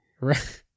Right